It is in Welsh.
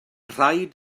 rhaid